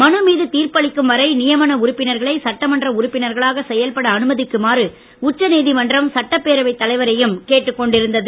மனு மீது தீர்ப்பு அளிக்கும் வரை நியமன உறுப்பினர்களை சட்டமன்ற உறுப்பினர்களாக செயல்பட அனுமதிக்குமாறு உச்சநீதிமன்றம் சட்டப்பேரவைத் தலைவரையும் கேட்டுக் கொண்டிருந்தது